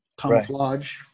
camouflage